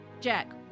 Jack